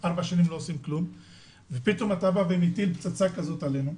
כלום ופתאום אתה בא ומטיל פצצה כזאת עלינו.